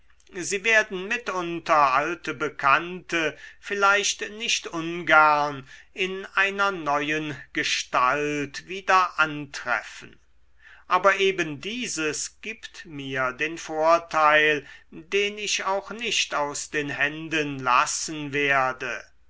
sie werden mitunter alte bekannte vielleicht nicht ungern in einer neuen gestalt wieder antreffen aber eben dieses gibt mir den vorteil den ich auch nicht aus den händen lassen werde